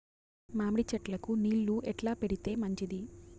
మామిడి చెట్లకు నీళ్లు ఎట్లా పెడితే మంచిది?